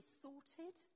sorted